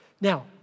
Now